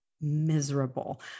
miserable